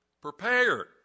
prepared